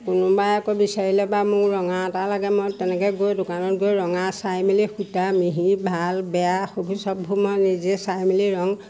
কোনোবাই আকৌ বিচাৰিলে বা মোক ৰঙা এটা লাগে মই তেনেকে গৈ দোকানত গৈ ৰঙা চাই মেলি সূতা মিহি ভাল বেয়া সেইবোৰ চববোৰ মই নিজে চাই মেলি ৰং